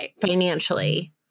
financially